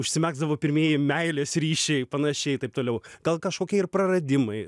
užsimegzdavo pirmieji meilės ryšiai panašiai taip toliau gal kažkokie ir praradimai